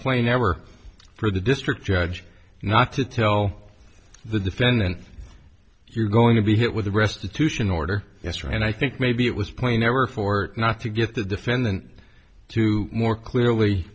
play never for the district judge not to tell the defendant you're going to be hit with a restitution order yesterday and i think maybe it was plain ever for not to get the defendant to more clearly